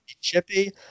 chippy